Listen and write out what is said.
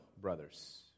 brothers